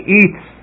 eats